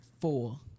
Four